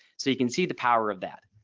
so you can see the power of that.